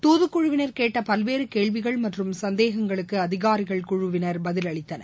துதுக்ழுவினர் கேட்டபல்வேறுகேள்விகள் மற்றும் சந்தேகங்களுக்குஅதிகாரிகள் குழு பதில் அறித்தனர்